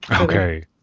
Okay